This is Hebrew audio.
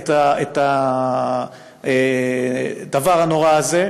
את הדבר הנורא הזה,